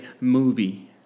movie